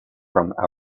from